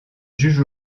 juge